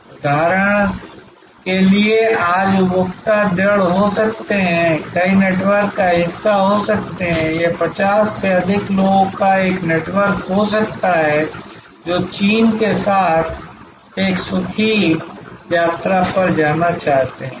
उदाहरण के लिए आज उपभोक्ता दृढ़ हो सकते हैं कई नेटवर्क का हिस्सा हो सकते हैं यह 50 से अधिक लोगों का एक नेटवर्क हो सकता है जो चीन के साथ एक सुखी यात्रा पर जाना चाहते हैं